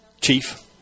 Chief